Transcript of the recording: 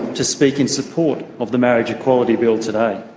to speak in support of the marriage equality bill today.